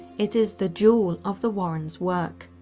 it is the jewel of the warrens work.